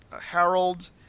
Harold